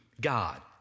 God